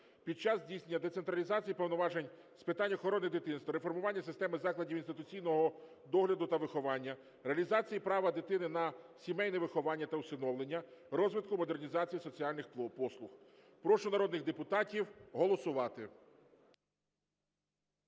під час здійснення децентралізації повноважень з питань охорони дитинства, реформування системи закладів інституційного догляду та виховання, реалізації права дитини на сімейне виховання та усиновлення, розвитку (модернізації) соціальних послуг. Прошу народних депутатів голосувати.